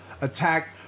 attacked